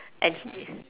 and he